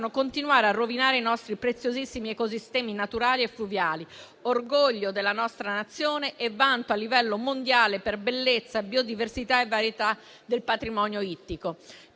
continuare a rovinare i nostri preziosissimi ecosistemi naturali e fluviali, orgoglio della nostra Nazione e vanto a livello mondiale per bellezza, biodiversità e varietà del patrimonio ittico.